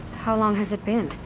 how long has it been?